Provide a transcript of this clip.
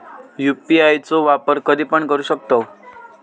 UPI चो वापर कधीपण करू शकतव?